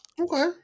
Okay